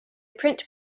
print